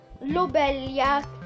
Lobelia